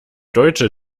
deutsche